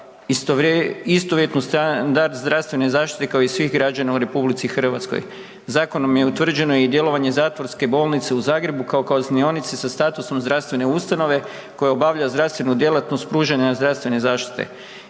istovjetni standard zdravstvene zaštite kao i svih građana u RH. Zakonom je utvrđeno i djelovanje zatvorske bolnice u Zagrebu kao kaznionice sa statusom zdravstvene ustanove koja obavlja zdravstvenu djelatnost pružanja zdravstvene zaštite.